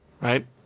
Right